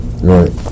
Right